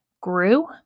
grew